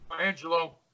Angelo